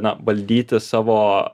na valdyti savo